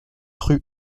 rue